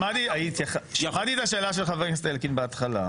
שמעתי את השאלה של חבר הכנסת אלקין בהתחלה,